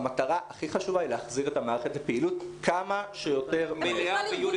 המטרה הכי חשובה היא להחזיר את המערכת לפעילות כמה שיותר מהר.